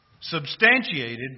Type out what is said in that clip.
substantiated